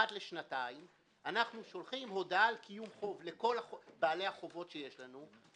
אחת לשנתיים אנחנו שולחים הודעה על קיום חוב לכל בעלי החובות שיש לנו,